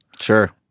Sure